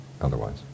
otherwise